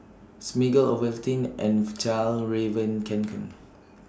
Smiggle Ovaltine and Fjallraven Kanken